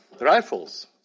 rifles